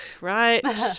right